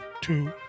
two